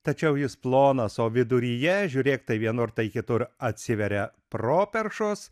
tačiau jis plonas o viduryje žiūrėk tai vienur tai kitur atsiveria properšos